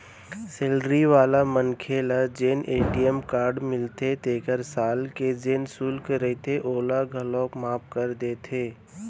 salary वाला मनखे ल जेन ए.टी.एम कारड मिलथे तेखर साल के जेन सुल्क रहिथे ओला घलौक माफ कर दे जाथे